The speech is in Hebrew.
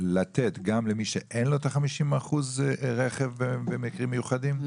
לתת גם למי שאין לו את ה-50% רכב במקרים מיוחדים,